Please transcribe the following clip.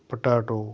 potato